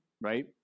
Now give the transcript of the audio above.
right